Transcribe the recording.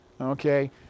Okay